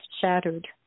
shattered